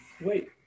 Wait